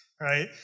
Right